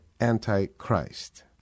Antichrist